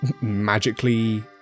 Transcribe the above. magically